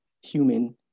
human